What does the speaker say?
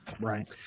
Right